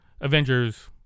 Avengers